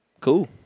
Cool